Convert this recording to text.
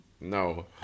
No